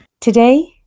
Today